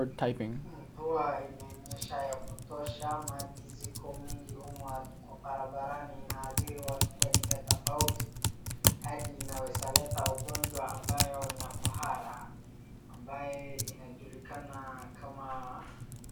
Mvua imenyesha ya kutosha maji ziko mingi huku kwa barabarani. Inaadhiri watu kwa njia tofauti hadi inaeza leta ugonjwa ambayo ni ya kuhara, ambaye inajulikana kama.